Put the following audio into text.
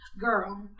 girl